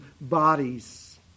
bodies